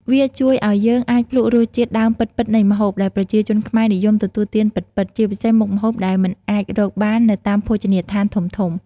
វាជួយឱ្យយើងបានភ្លក្សរសជាតិដើមពិតៗនៃម្ហូប ដែលប្រជាជនខ្មែរនិយមទទួលទានពិតៗ ជាពិសេសមុខម្ហូបដែលមិនអាចរកបាននៅតាមភោជនីយដ្ឋានធំៗ ។